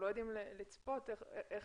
יכול